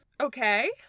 Okay